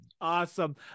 Awesome